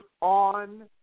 on